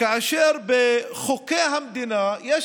כאשר בחוקי המדינה יש